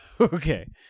Okay